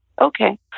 Okay